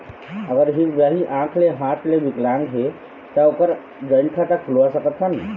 अगर हितग्राही आंख ले हाथ ले विकलांग हे ता ओकर जॉइंट खाता खुलवा सकथन?